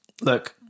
Look